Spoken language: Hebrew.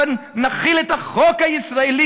הבה נחיל את החוק הישראלי,